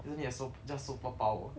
isn't it a so~ just superpower